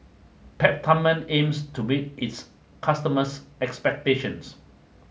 Peptamen aims to meet its customers' expectations